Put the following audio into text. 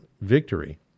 victory